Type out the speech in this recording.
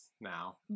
now